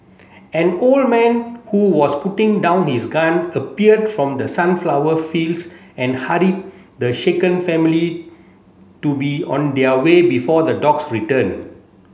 an old man who was putting down his gun appeared from the sunflower fields and hurried the shaken family to be on their way before the dogs return